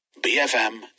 BFM